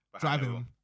driving